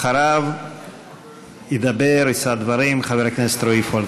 אחריו יישא דברים חבר הכנסת רועי פולקמן.